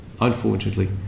Unfortunately